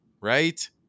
right